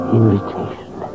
invitation